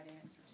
answers